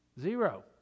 Zero